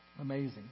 amazing